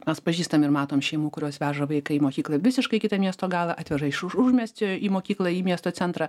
mes pažįstam ir matom šeimų kurios veža vaiką į mokyklą visiškai į kitą miesto galą atveža iš už užmiesčio į mokyklą į miesto centrą